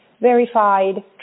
verified